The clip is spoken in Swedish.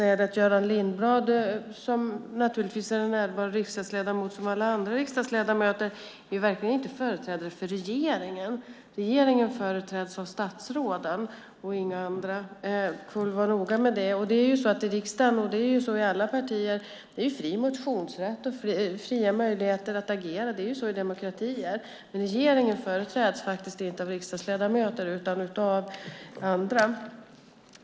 Göran Lindblad är en ärbar riksdagsledamot som alla andra riksdagsledamöter, men han är verkligen ingen företrädare för regeringen. Regeringen företräds av statsråden och inga andra. Vi får vara noga med det. Det är ju fri motionsrätt i riksdagen och fria möjligheter att agera. Det gäller alla partier. Det är så i demokratier. Men regeringen företräds inte av riksdagsledamöter utan av andra.